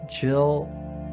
Jill